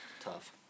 Tough